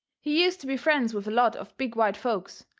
he used to be friends with a lot of big white folks,